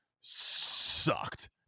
sucked